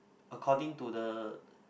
according to the